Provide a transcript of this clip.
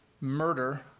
murder